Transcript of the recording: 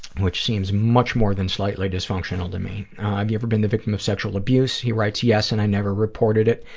which seems much more than slightly dysfunctional to me. have you ever been the victim of sexual abuse? he writes, yes, and i never reported it,